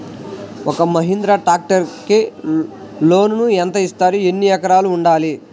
ఒక్క మహీంద్రా ట్రాక్టర్కి లోనును యెంత ఇస్తారు? ఎన్ని ఎకరాలు ఉండాలి?